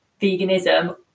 veganism